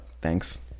Thanks